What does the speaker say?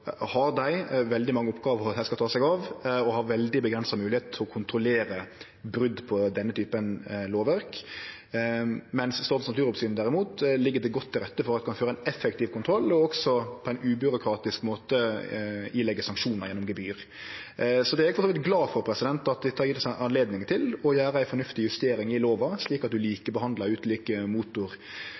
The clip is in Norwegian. har dei veldig mange oppgåver dei skal ta seg av, og har veldig avgrensa moglegheiter til å kontrollere brot på denne typen lovverk. Men for Statens naturoppsyn, derimot, ligg det godt til rette for at dei kan føre ein effektiv kontroll og også på ein ubyråkratisk måte påleggje sanksjonar gjennom gebyr. Eg er for så vidt glad for at dette har gjeve oss ei anledning til å gjere ei fornuftig justering i lova, slik at